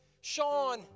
Sean